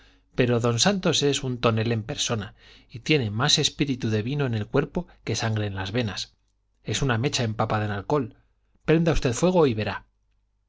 pero don santos es un tonel en persona y tiene más espíritu de vino en el cuerpo que sangre en las venas es una mecha empapada en alcohol prenda usted fuego y verá